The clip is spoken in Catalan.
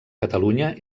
catalunya